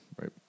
right